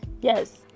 yes